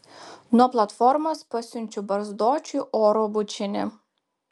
nuo platformos pasiunčiu barzdočiui oro bučinį